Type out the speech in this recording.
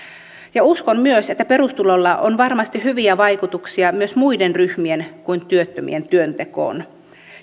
ja uskon myös että perustulolla on varmasti hyviä vaikutuksia myös muiden ryhmien kuin työttömien työntekoon